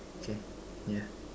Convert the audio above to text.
okay yeah